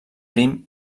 prim